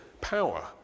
power